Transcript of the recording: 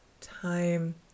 time